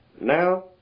Now